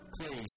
please